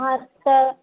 हा त